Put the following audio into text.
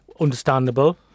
Understandable